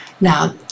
Now